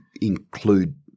include